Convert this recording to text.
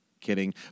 kidding